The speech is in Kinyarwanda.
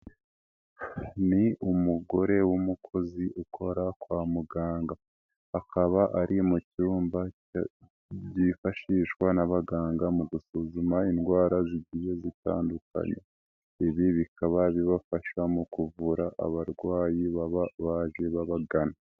Ni umugore w'umukozi ukora kwa muganga, akaba ari mu cyumba byifashishwa n'abaganga mu gusuzuma indwara zigiye zitandukanye, ibi bikaba bibafasha mu kuvura abarwayi baba baje babagana.